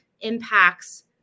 impacts